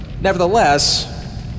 Nevertheless